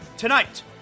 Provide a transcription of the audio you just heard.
Tonight